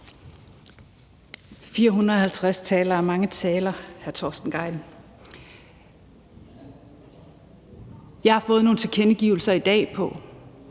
450 taler er mange taler, hr. Torsten Gejl. Jeg har fået nogle tilkendegivelser i dag om,